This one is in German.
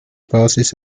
basis